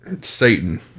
Satan